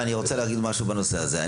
מאיר, אני רוצה להגיד משהו בנושא הזה.